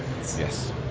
Yes